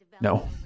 No